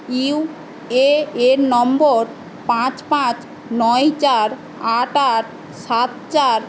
UAN নম্বর পাঁচ পাঁচ নয় চার আট আট সাত চার